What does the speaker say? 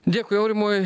dėkui aurimui